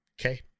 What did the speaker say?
Okay